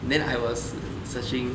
then I was searching